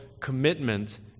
commitment